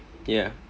okay ah